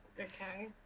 Okay